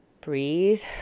Breathe